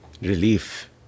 Relief